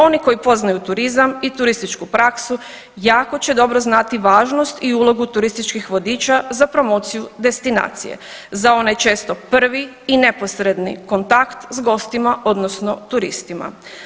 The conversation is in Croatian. Oni koji poznaju turizam i turističku praksu jako će dobro znati važnost i ulogu turističkih vodiča za promociju destinacije za onaj često prvi i neposredni kontakt s gostima odnosno turistima.